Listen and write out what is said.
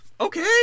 Okay